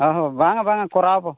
ᱦᱮᱸ ᱦᱳ ᱵᱟᱝᱟ ᱵᱟᱝᱟ ᱠᱚᱨᱟᱣ ᱟᱵᱚ